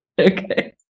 Okay